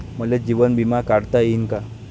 मले जीवन बिमा काढता येईन का?